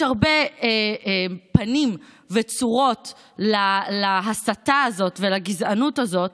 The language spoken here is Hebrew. יש הרבה פנים וצורות להסתה הזאת ולגזענות הזאת.